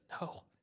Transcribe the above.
No